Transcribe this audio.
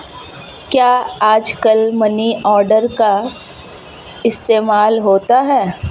क्या आजकल money order का इस्तेमाल होता है?